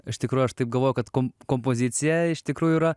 iš tikrųjų aš taip galvoju kad kompozicija iš tikrųjų yra